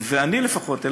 ואלי לפחות,